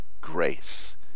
grace